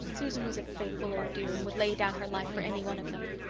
susan was a faithful old dear and would lay down her life for any one of them.